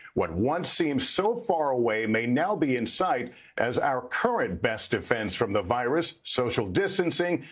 what once seemed so far away may now be in site as our current best defense from the virus, social distancing,